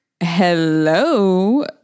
Hello